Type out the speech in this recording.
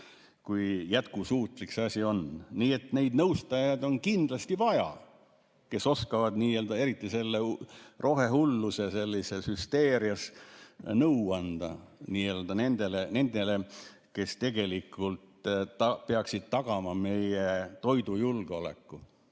kui jätkusuutlik see asi on. Nii et neid nõustajaid on kindlasti vaja, kes oskavad eriti selle rohehulluse hüsteerias nõu anda nendele, kes tegelikult peaksid tagama meie toidujulgeoleku.